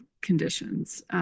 conditions